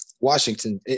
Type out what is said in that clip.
Washington